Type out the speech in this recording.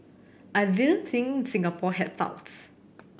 I didn't think Singapore had touts